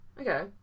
Okay